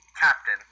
Captain